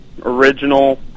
original